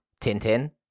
Tintin